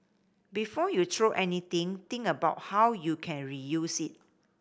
before you throw anything think about how you can reuse it